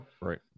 Right